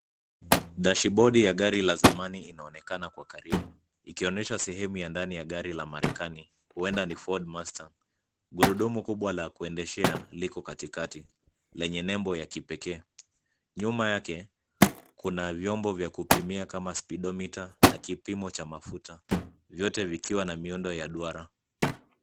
(cs)Dashibodi(cs) ya gari la zamani inaonekana Kwa karibu, ikionyesha sehemu ya ndani ya gari la Marekani huenda ni Ford Master. Gurudumu kubwa la kuendeshea liko katikati, lenye nembo ya kipekee. Nyuma yake, kuna vyombo vya kupimia kama (cs) speedometer(cs) na kipimo cha mafuta, vyote vikiwa na miundo ya duara.